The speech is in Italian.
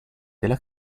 della